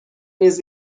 نیز